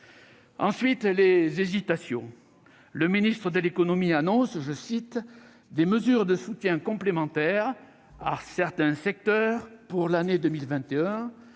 En termes d'hésitations, le ministre de l'économie annonce des mesures de soutien complémentaires à certains secteurs pour l'année 2021,